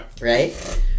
right